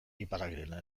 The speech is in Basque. iparragirreren